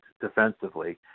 defensively